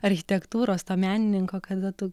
architektūros to menininko kada tu